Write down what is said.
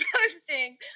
posting